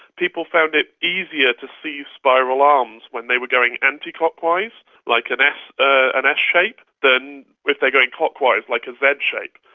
people found it easier to see spiral arms when they were going anticlockwise, like an s an s shape, than if they were going clockwise, like a z shape.